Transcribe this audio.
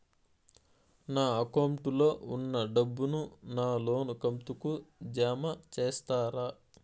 నా అకౌంట్ లో ఉన్న డబ్బును నా లోను కంతు కు జామ చేస్తారా?